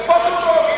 לכבוש אותו,